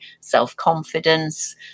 self-confidence